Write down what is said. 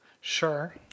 sure